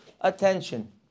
attention